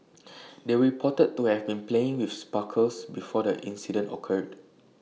they were reported to have been playing with sparklers before the incident occurred